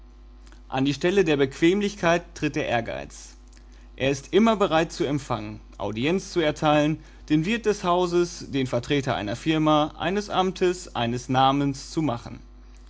an die stelle der bequemlichkeit tritt der ehrgeiz er ist immer bereit zu empfangen audienz zu erteilen den wirt des hauses den vertreter einer firma eines amtes eines namens zu machen